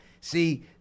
see